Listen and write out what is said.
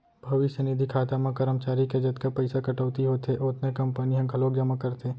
भविस्य निधि खाता म करमचारी के जतका पइसा कटउती होथे ओतने कंपनी ह घलोक जमा करथे